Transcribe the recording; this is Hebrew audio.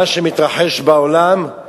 מה שמתרחש בעולם,